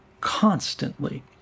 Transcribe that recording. constantly